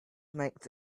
makes